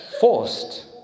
forced